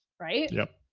right? yup.